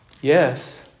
Yes